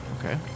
Okay